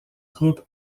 groupe